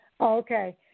Okay